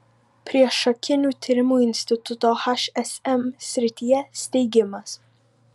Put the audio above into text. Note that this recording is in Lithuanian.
priešakinių tyrimų instituto hsm srityje steigimas